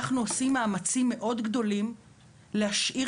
אנחנו עושים מאמצים מאוד גדולים להשאיר